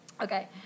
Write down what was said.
Okay